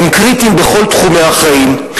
הם קריטיים בכל תחומי החיים.